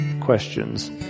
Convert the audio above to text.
questions